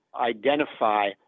identify